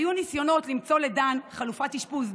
היו ניסיונות למצוא לדן חלופות אשפוז,